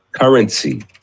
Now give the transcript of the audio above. currency